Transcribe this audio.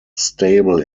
stable